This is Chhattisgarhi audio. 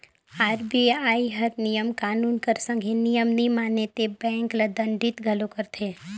आर.बी.आई हर नियम कानून कर संघे नियम नी माने ते बेंक ल दंडित घलो करथे